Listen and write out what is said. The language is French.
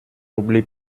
oublie